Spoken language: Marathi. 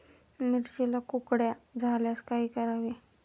मिरचीला कुकड्या झाल्यास काय करावे?